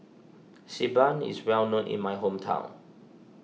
Xi Ban is well known in my hometown